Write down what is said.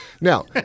Now